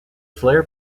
flare